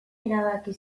erabaki